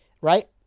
Right